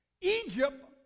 Egypt